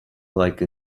like